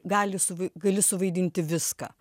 gali suvai gali suvaidinti viską